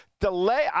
delay